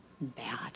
bad